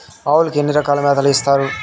ఆవులకి ఎన్ని రకాల మేతలు ఇస్తారు?